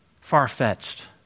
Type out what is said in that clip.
far-fetched